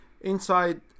inside